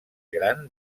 gran